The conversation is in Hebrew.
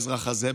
האזרח הזה,